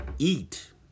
eat